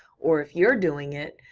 or if you're doing it,